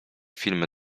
filmy